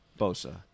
Bosa